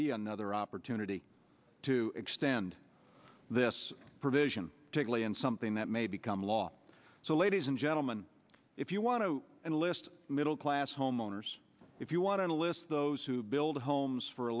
be another opportunity to extend this provision to cleon something that may become law so ladies and gentlemen if you want to enlist middle class homeowners if you want to list those who build homes for a